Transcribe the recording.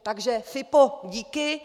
Takže FIPO, díky!